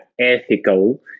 ethical